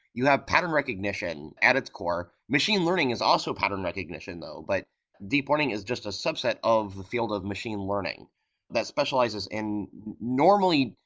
you have pattern recognition at its core machine learning is also pattern recognition, though, but deep learning is just a subset of field of machine learning that specializes in normally,